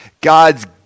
God's